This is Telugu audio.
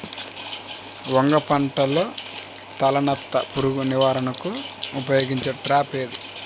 వంగ పంటలో తలనత్త పురుగు నివారణకు ఉపయోగించే ట్రాప్ ఏది?